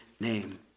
name